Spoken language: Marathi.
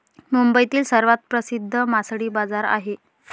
मुंबईतील सर्वात प्रसिद्ध मासळी बाजार आहे